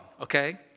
okay